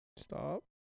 Stop